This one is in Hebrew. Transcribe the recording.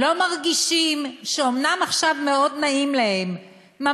לא מרגישים שאומנם עכשיו נעים להם מאוד,